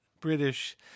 British